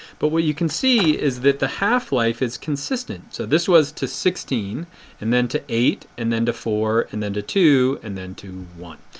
but what you can see is that the half life is consistent. so this was to sixteen and then to eight and then to four and then to two and then to one.